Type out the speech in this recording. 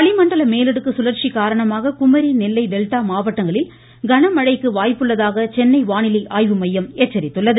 வளி மண்டல மேலடுக்கு சுழந்சி காரணமாக குமரி நெல்லை டெல்டா மாவட்டங்களில் கனமழைக்கு வாய்ப்பிருப்பதாக சென்னை வானிலை ஆய்வு மையம் எச்சரித்துள்ளது